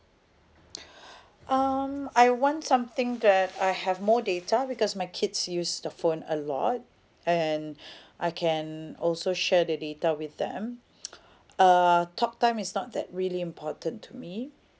um I want something that I have more data because my kids use the phone a lot and I can also share the data with them uh talk time is not that really important to me